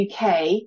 UK